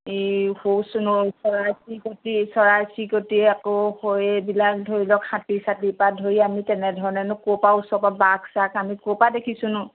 এই চৰাই চিৰিকটি চৰাই চিৰিকটি আকৌ হৈ এইবিলাক ধৰি লওক হাতি চাতি পৰা ধৰি আমি তেনেধৰণেনো ক'ৰপৰা ওচৰৰপৰা বাঘ চাঘ আমি ক'ৰ পৰা দেখিছোনো